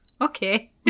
Okay